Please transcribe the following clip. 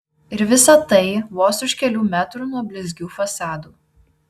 ir visa tai vos už kelių metrų nuo blizgių fasadų